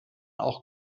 auch